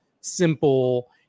simple